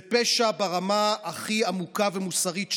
זה פשע ברמה הכי עמוקה ומוסרית שיש.